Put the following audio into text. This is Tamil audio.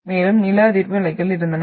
மேலும் நில அதிர்வு அலைகள் இருந்தன